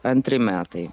antri metai